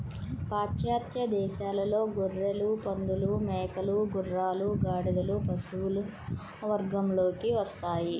పాశ్చాత్య దేశాలలో గొర్రెలు, పందులు, మేకలు, గుర్రాలు, గాడిదలు పశువుల వర్గంలోకి వస్తాయి